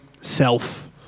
self